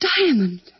Diamond